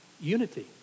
Unity